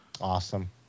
Awesome